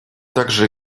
также